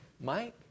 Mike